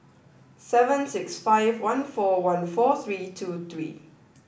seven six five one four one four three two three